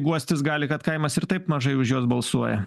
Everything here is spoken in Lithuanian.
guostis gali kad kaimas ir taip mažai už juos balsuoja